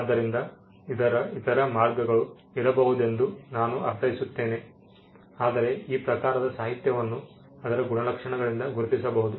ಆದ್ದರಿಂದ ಇದರ ಇತರ ಮಾರ್ಗಗಳು ಇರಬಹುದೆಂದು ನಾನು ಅರ್ಥೈಸುತ್ತೇನೆ ಆದರೆ ಈ ಈ ಪ್ರಕಾರದ ಸಾಹಿತ್ಯವನ್ನು ಅದರ ಗುಣಲಕ್ಷಣಗಳಿಂದ ಗುರುತಿಸಬಹುದು